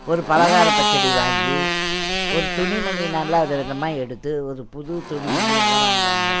ஒரு பலகாரம் பச்சடி வாங்கி ஒரு துணிமணி நல்லா விதவிதமா எடுத்து ஒரு புது துணிமணியெல்லாம் வாங்குவாங்க